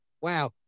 Wow